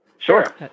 Sure